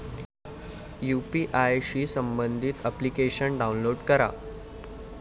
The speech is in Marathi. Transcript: यू.पी.आय शी संबंधित अप्लिकेशन डाऊनलोड करा